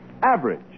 average